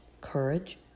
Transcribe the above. courage